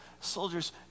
soldiers